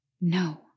No